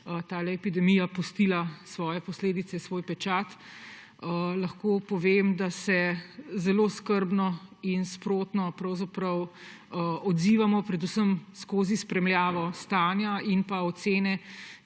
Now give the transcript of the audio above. tale epidemija pustila svoje posledice, svoj pečat. Lahko povem, da se zelo skrbno in sprotno odzivamo, predvsem skozi spremljavo stanja in ocene,